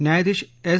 न्यायाधीश एस